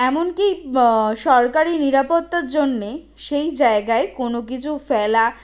এমনকি সরকারি নিরাপত্তার জন্যে সেই জায়গায় কোনো কিছু ফেলা